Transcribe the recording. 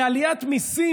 בעליית מיסים,